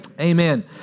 Amen